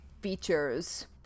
features